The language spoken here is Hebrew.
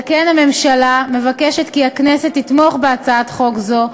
על כן, הממשלה מבקשת שהכנסת תתמוך בהצעת חוק זו,